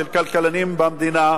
של כלכלנים במדינה,